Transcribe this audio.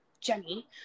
Jenny